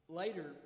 later